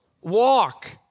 Walk